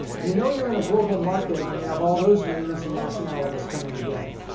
you know you're in a global market when you have all those names and nationalities coming together.